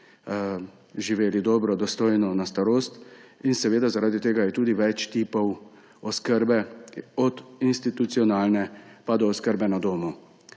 živeli dobro, dostojno na starost. Zaradi tega je tudi več tipov oskrbe, od institucionalne pa do oskrbe na domu.